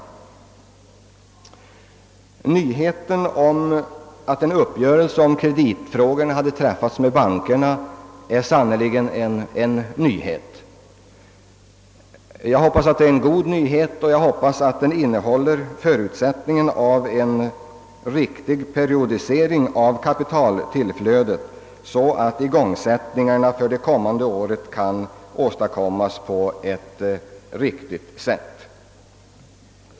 Meddelandet om att en uppgörelse om kreditfrågan hade träffats med bankerna är sannerligen en nyhet och jag hoppas att den är god sådan. Jag förutsätter att den innebär en sådan periodisering av kapitaltillflödet för det kommande året att en riktig fördelning av igångsättningen kan åstadkommas.